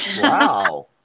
Wow